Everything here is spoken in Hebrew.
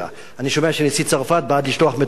אני שומע שנשיא צרפת בעד לשלוח מטוסים,